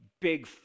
big